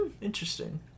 Interesting